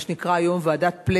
מה שנקרא היום ועדת-פלסנר,